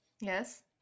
Yes